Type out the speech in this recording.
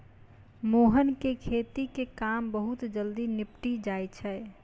मोहन के खेती के काम बहुत जल्दी निपटी जाय छै